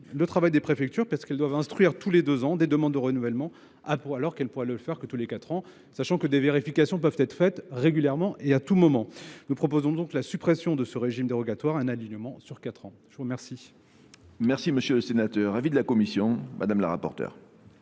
de travail des préfectures, lesquelles doivent instruire tous les deux ans des demandes de renouvellement alors qu’elles pourraient ne le faire que tous les quatre ans, sachant que des vérifications peuvent être faites régulièrement et à tout moment. Nous proposons donc la suppression de ce régime dérogatoire et un alignement sur la durée de quatre ans.